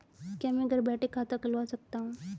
क्या मैं घर बैठे खाता खुलवा सकता हूँ?